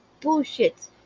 Bullshit